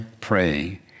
praying